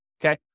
Okay